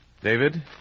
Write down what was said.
David